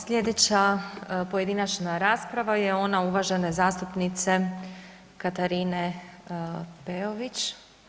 Sljedeća pojedinačna rasprava je ona uvažene zastupnice Katarine Peović.